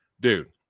Dude